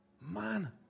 Man